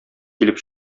килеп